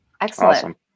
Excellent